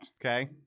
Okay